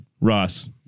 Ross